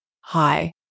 Hi